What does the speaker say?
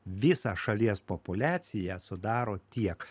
visą šalies populiaciją sudaro tiek